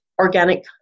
organic